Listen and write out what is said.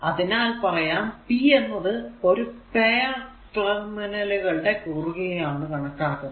അതിനാൽ പറയാം p എന്നത് ഒരു പെയർ ടെർമിനൽ കളുടെ കുറുകെയാണ് കണക്കാക്കുന്നത്